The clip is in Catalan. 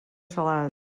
salat